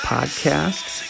Podcasts